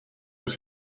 tous